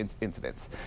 incidents